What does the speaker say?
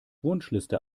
wunschliste